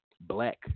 Black